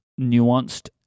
nuanced